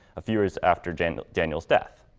a few years after daniel's daniel's death.